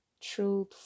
Truth